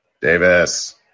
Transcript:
Davis